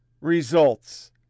results